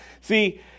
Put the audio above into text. See